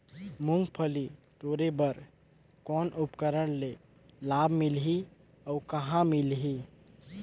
मुंगफली टोरे बर कौन उपकरण ले लाभ मिलही अउ कहाँ मिलही?